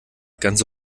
ganze